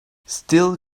still